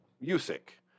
Music